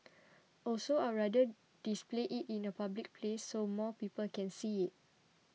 also I'd rather display it in a public place so more people can see it